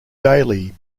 daily